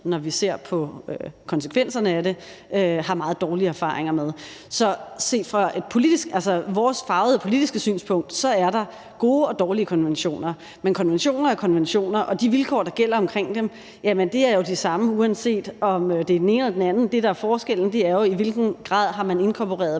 når vi ser på konsekvenserne af det, har meget dårlige erfaringer med. Så set fra vores farvede politiske synspunkt er der gode og dårlige konventioner. Men konventioner er konventioner, og de vilkår, der gælder omkring dem, er jo de samme, uanset om det er den ene eller den anden. Det, der er forskellen, er jo, i hvilken grad man har inkorporeret